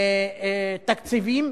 תקציבים,